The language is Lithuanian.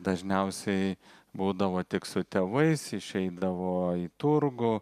dažniausiai būdavo tik su tėvais išeidavo į turgų